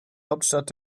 hauptstadt